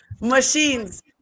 machines